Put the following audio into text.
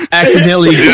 accidentally